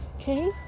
Okay